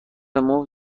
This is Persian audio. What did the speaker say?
مفت